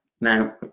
now